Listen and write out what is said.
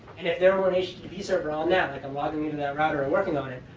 and if there were an http server on that, like, i'm logging into that router or working on it,